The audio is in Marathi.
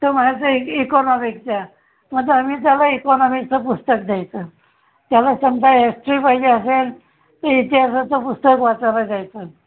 तो म्हणायचा इ इकोनॉमिक द्या मग ते आम्ही त्याला इकोनॉमिकचं पुस्तक द्यायचं त्याला समजा हिस्ट्री पाहिजे असेल तर इतिहासाचं पुस्तक वाचायला द्यायचं